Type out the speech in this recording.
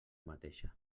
mateixa